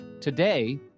Today